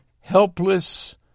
helpless